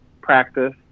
practice